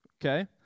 okay